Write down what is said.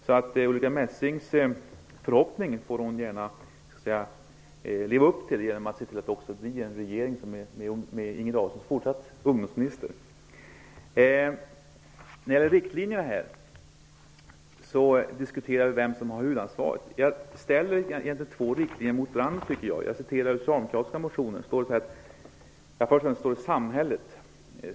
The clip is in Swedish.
Så Ulrica Messings förhoppning får hon gärna leva upp till genom att se till att det fortsatt blir en regering med Inger Davidson som ungdomsminister. När det gäller riktlinjerna diskuterar vi vem som har huvudansvaret. Här ställs egentligen två riktlinjer mot varandra, tycker jag. Jag citerade ur den socialdemokratiska motionen, där det först och främst talas om samhället.